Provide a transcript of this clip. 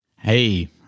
Hey